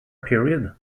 period